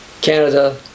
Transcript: Canada